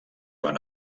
van